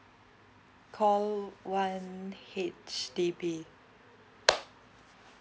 call one H_D_B